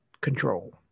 control